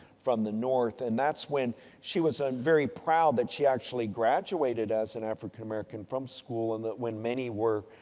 from the north. and, that's when she was very proud that she actually graduated as an african american from school. and, that when many were,